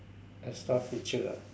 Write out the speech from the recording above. as far feature ah